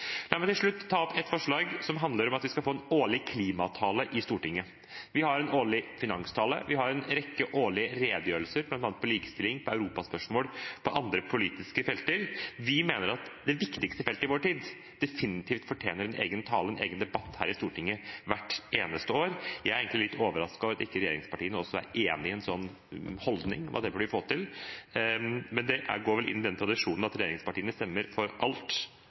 La meg til slutt ta opp et forslag som handler om at vi skal få en årlig klimatale i Stortinget. Vi har en årlig finanstale, og vi har en rekke årlige redegjørelser, bl.a. om likestilling, europaspørsmål og andre politiske felter. Vi mener at det viktigste feltet i vår tid definitivt fortjener en egen tale og en egen debatt her i Stortinget hvert eneste år. Jeg er egentlig litt overrasket over at ikke regjeringspartiene også er enig i en slik holdning, om at det burde vi få til. Men det går vel inn i tradisjonen med at regjeringspartiene stemmer for